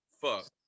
Fuck